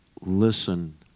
listen